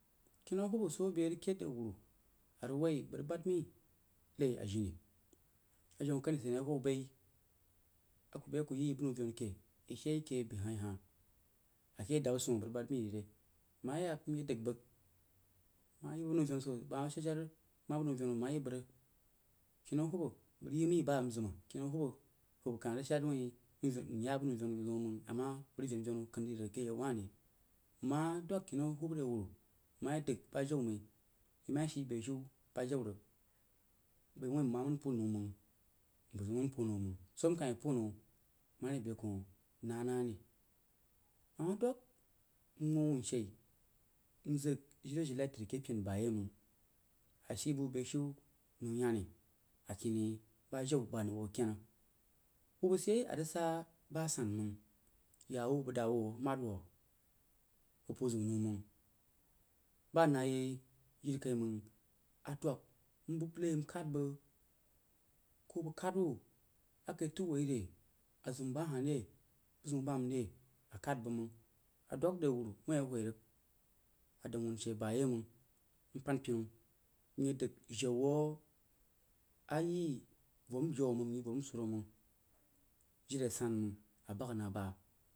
Kennau hubba soo abe rig kheid re wuru arig woi bəg rig bad mai nai jini aweu kani sid neh aku bai, a ku beh ku yi bəg nau venu keh yi she keh be hah ri hah ake adabba suohí bəg rig bas mai re nma yak mye dəg bək nma yi bak bəg nau dau boo huh bak ma sha-shara ma bəg nau venu nma yi bək rig kennau hubba bak tig yi mau baa nzim kennau hubba, huba kah rig shad wun nya bəg nau venu zeun məng ama bək rig ven-venu kannan eh yau wah ri nma dwək kennau hubba re wureu nma ye dəg bagjal mai yi ma ye shii beshiu bahau rig bai wuin nma mai gi nau məng mpər zeun mən puoh nau məng soo ka yo puoh nau mare beh kuh nanari ama dwəg nwuh wan shei nzəg jirejinai tad kehpin bayeiməng ashi bəg beh shi nau yanni akini ba jau ba na bak-bəg kenna hubba sol yeo arig sa ba san məng yá wu bəg dawu a madau bəg puoh zəg wuh nau məng ba nah yei, jire kaiməng dwəg nbam nai nkhad bək, koh bak khad wuh a kai tau wuh yi re a zim ba huh re, bəg ziu bam re a khad bak məng a dwəg re wuru wuin a hwoi rig a dan wah wan shei banyeiməng npan pennu mye dag jau wuoh ayi voh mjiu məng myi voh nsuru məng jire a san məng a bak na bah.